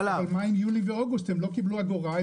במאי, יולי ואוגוסט הם לא קיבלו אגורה.